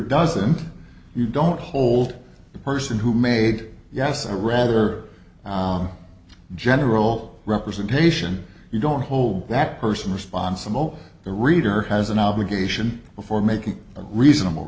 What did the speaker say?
doesn't you don't hold the person who made us a rather general representation you don't hold that person responsible the reader has an obligation before making a reasonable